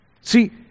See